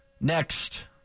next